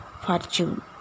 fortune